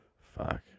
fuck